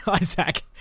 Isaac